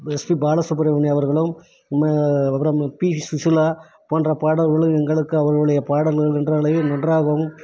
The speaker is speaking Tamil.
எஸ்பி பாலசுப்ரமணியன் அவர்களும் ம அப்புறமா பி சுசிலா போன்ற பாடல்களும் எங்களுக்கு அவர்களுடைய பாடல்கள் என்றாலே நன்றாகவும்